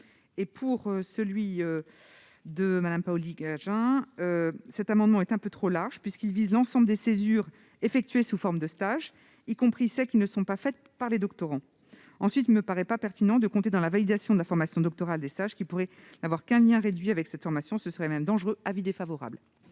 n° 121 rectifié m'apparaît un peu trop large, puisqu'il vise l'ensemble des césures effectuées sous forme de stage, y compris celles qui ne sont pas faites par les doctorants. De plus, il ne me paraît pas pertinent de compter, dans la validation de la formation doctorale, des stages qui pourraient n'avoir qu'un lien réduit avec cette formation. Ce serait même dangereux ! L'avis